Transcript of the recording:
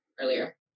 earlier